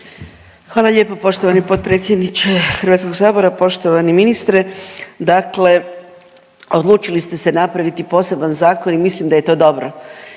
Hvala lijepo poštovani potpredsjedniče HS. Poštovani ministre, dakle odlučili ste se napraviti poseban zakon i mislim da je to dobro